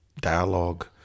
dialogue